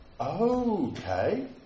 okay